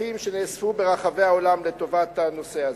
כספים שנאספו ברחבי העולם לטובת הנושא הזה.